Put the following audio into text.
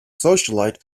socialite